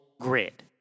grid